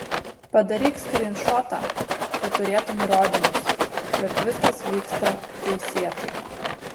padaryk skrynšotą kad turėtum įrodymus jog viskas vyksta teisėtai